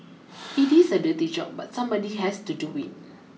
it is a dirty job but somebody has to do it